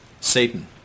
Satan